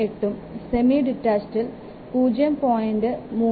38 ഉം സെമി ഡിറ്റാച്ചഡിൽ 0